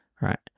right